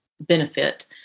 benefit